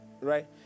right